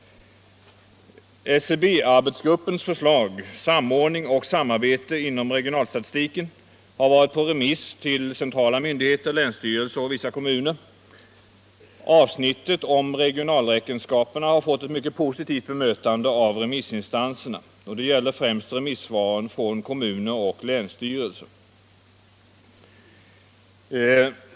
SCB-arbetsgruppens förslag — Samordning och samarbete inom regionalstatistiken — har varit på remiss till centrala myndigheter, länsstyrelser och vissa kommuner. Avsnittet om regionalräkenskaperna har fått ett mycket positivt bemötande av remissinstanserna. Det gäller främst remissvaren från kommuner och länsstyrelser.